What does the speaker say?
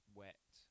wet